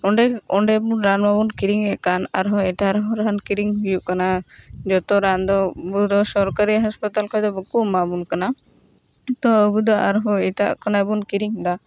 ᱚᱸᱰᱮ ᱚᱸᱰᱮ ᱨᱟᱱ ᱢᱟᱵᱚᱱ ᱠᱤᱨᱤᱧᱮᱫ ᱠᱟᱱ ᱟᱨᱦᱚᱸ ᱮᱴᱟᱜ ᱨᱮᱦᱚᱸ ᱨᱟᱱ ᱠᱤᱨᱤᱧ ᱦᱩᱭᱩᱜ ᱠᱟᱱᱟ ᱡᱚᱛᱚ ᱨᱟᱱ ᱫᱚ ᱟᱵᱚ ᱫᱚ ᱥᱚᱨᱠᱟᱨᱤ ᱦᱟᱥᱯᱟᱛᱟᱞ ᱠᱷᱚᱱ ᱫᱚ ᱵᱟᱠᱚ ᱮᱢᱟᱵᱚᱱ ᱠᱟᱱᱟ ᱛᱚ ᱟᱵᱚ ᱫᱚ ᱟᱨᱦᱚᱸ ᱮᱴᱟᱜ ᱠᱷᱚᱱᱟᱜ ᱵᱚᱱ ᱠᱤᱨᱤᱧ ᱮᱫᱟ